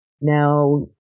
Now